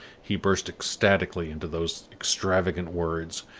he burst ecstatically into those extravagant words,